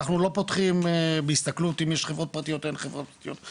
אנחנו לא פותחים בהסתכלות אם יש חברות פרטיות או אין חברות פרטיות,